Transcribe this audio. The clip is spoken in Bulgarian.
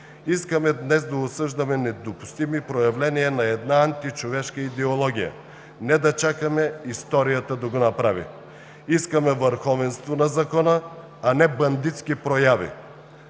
Искаме днес да осъждаме недопустими проявления на една античовешка идеология, не да чакаме историята да го направи. Искаме върховенство на закона, а не бандитски прояви.